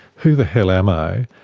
who the hell am i?